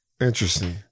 Interesting